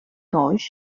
gauge